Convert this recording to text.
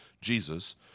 Jesus